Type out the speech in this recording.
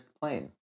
plane